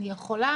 אני יכולה?